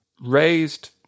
raised